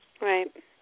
Right